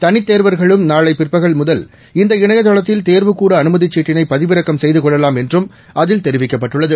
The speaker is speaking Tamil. தனித் தோ்வாகளும் நாளை பிற்பகல் முதல் இந்த இணையதளத்தில் தேர்வுகூட அனுமதி சீட்டினை பதிவிறக்கம் செய்து கொள்ளலாம் என்றும் அதில் தெரிவிக்கப்பட்டுள்ளது